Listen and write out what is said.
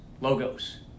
Logos